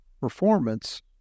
performance